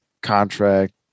contract